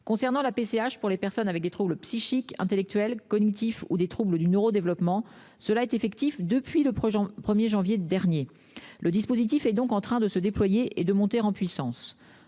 Concernant la PCH pour les personnes avec des troubles psychiques, intellectuels, cognitifs ou des troubles du neuro-développement, cela est effectif depuis le 1 janvier dernier. Le dispositif est donc en train de se déployer et de monter en puissance.